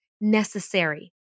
necessary